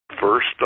First